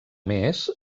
més